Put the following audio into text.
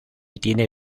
tiene